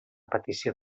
petició